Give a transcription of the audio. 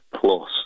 plus